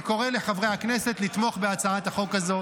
אני קורא לחברי הכנסת לתמוך בהצעת החוק הזו.